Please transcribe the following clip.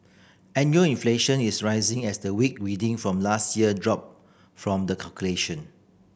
annual inflation is rising as the weak reading from last year drop from the calculation